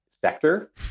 sector